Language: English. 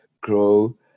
grow